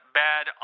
bad